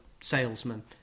salesman